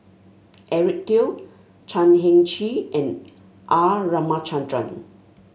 Eric Teo Chan Heng Chee and R Ramachandran